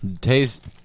taste